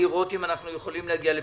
לראות אם אנחנו יכולים להגיע לפתרון.